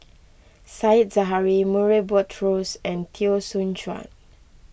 Said Zahari Murray Buttrose and Teo Soon Chuan